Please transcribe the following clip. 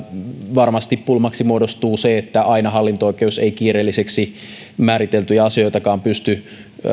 varmasti pulmaksi muodostuu se että aina hallinto oikeus ei kiireelliseksi määriteltyjäkään asioita pysty